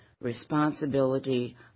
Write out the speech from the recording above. responsibility